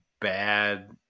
bad